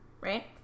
right